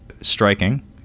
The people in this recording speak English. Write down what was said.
striking